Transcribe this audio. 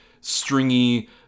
stringy